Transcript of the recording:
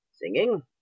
Singing